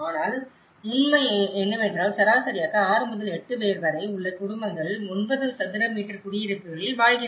ஆனால் உண்மை என்னவென்றால் சராசரியாக 6 முதல் 8 பேர் வரை உள்ள குடும்பங்கள் 9 சதுர மீட்டர் குடியிருப்புகளில் வாழ்கின்றன